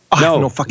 No